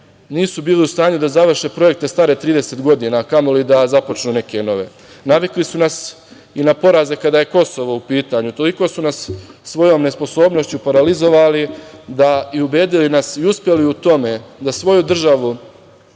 nisu bilu u stanju da završe projekte stare 30 godina, a kamoli da započnu neke nove. Navikli su nas i na poraze kada je Kosovo u pitanju, toliko su nas svojom nesposobnošću paralizovali i ubedili nas i uspeli u tome da svoju državu